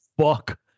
Fuck